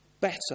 Better